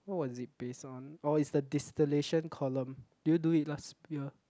what was it base on or is the distillation column did you do it last year